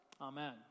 amen